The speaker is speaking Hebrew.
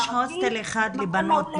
יש הוסטל אחד לבנות,